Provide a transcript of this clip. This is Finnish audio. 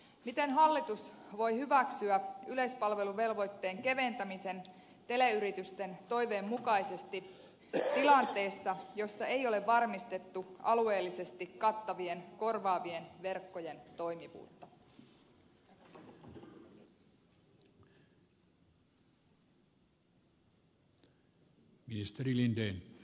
miten hallitus voi hyväksyä yleispalveluvelvoitteen keventämisen teleyritysten toiveen mukaisesti tilanteessa jossa ei ole varmistettu alueellisesti kattavien korvaavien verkkojen toimivuutta